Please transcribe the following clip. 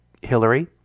Hillary